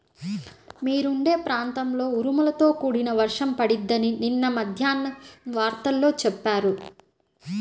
మీరుండే ప్రాంతంలో ఉరుములతో కూడిన వర్షం పడిద్దని నిన్న మద్దేన్నం వార్తల్లో చెప్పారు